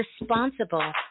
responsible